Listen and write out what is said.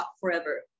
Forever